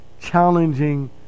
challenging